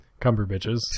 Cumberbitches